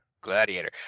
Gladiator